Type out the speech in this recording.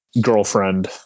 girlfriend